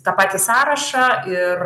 tą patį sąrašą ir